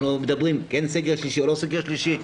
יש סגר שלישי, אין סגר שלישי?